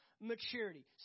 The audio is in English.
maturity